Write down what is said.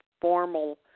formal